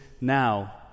now